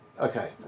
Okay